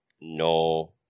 no